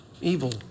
evil